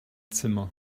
zimmer